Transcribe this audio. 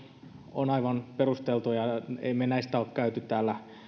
on aivan perusteltu ja emme me näistä ole käyneet täällä